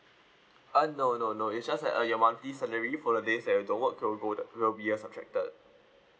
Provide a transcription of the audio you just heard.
uh no no no it's just that uh your monthly salary for the days that you don't work couldn't go the it will be uh subjected